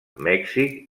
mèxic